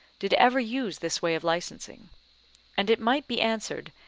did ever use this way of licensing and it might be answered,